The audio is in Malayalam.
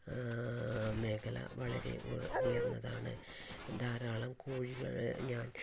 മേഖല വളരെ ഉയർന്നതാണ് ധാരാളം കോഴികൾ ഞാൻ